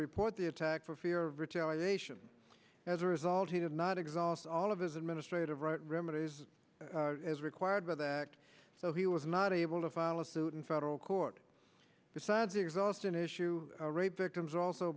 report the attack for fear of retaliation as a result he did not exhaust all of his administrative right remedies as required by the act so he was not able to file a suit in federal court besides the exhaustion issue rape victims a